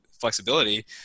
flexibility